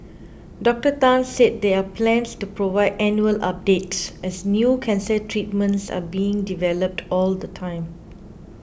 Doctor Tan said there are plans to provide annual updates as new cancer treatments are being developed all the time